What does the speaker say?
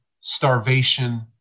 starvation